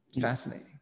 Fascinating